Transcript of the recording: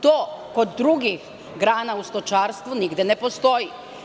To kod drugih grana u stočarstvu nigde ne postoji.